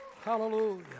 Hallelujah